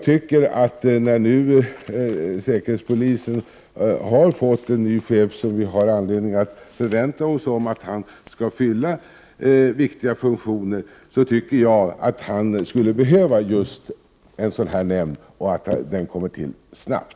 När nu säkerhetspolisen har fått en ny chef tycker jag att vi har anledning att förvänta oss att han skall fylla viktiga funktioner. Han behöver en sådan här nämnd, och den borde inrättas snarast.